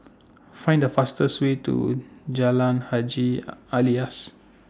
Find The fastest Way to Jalan Haji Alias